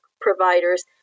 providers